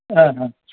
ಹಾಂ ಹಾಂ